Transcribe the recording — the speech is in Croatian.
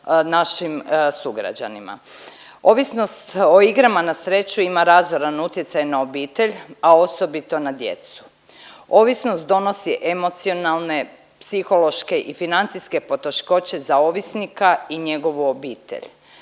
našim sugrađanima. Ovisnost o igrama na sreću ima razoran utjecaj na obitelj, a osobito na djecu. Ovisnost donosi emocionalne, psihološke i financijske poteškoće za ovisnika i njegovu obitelj.